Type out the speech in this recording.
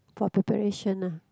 for preparation ah